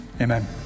Amen